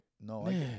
No